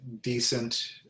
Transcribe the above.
decent